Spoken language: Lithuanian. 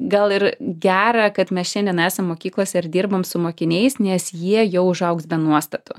gal ir gera kad mes šiandien esam mokyklose ir dirbam su mokiniais nes jie jau užaugs be nuostatų